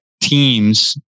teams